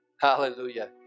Hallelujah